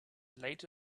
late